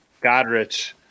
Godrich